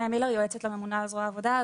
יועצת לממונה על זרוע העבודה.